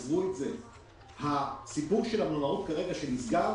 הסיפור של המלונאות שנסגר,